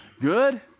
Good